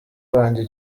wanjye